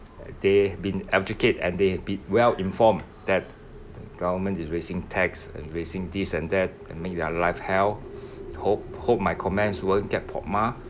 ah they've been educate and they've been well informed that the government is raising tax and raising this and that and make their life hell hope hope my comments won't get po ma